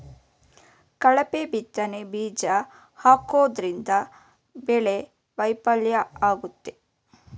ಕಳಪೆ ಬಿತ್ತನೆ ಬೀಜ ಹಾಕೋದ್ರಿಂದ ಬೆಳೆ ವೈಫಲ್ಯ ಆಗುತ್ತೆ